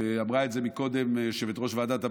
ואמרה את זה קודם יושבת-ראש ועדת הבריאות,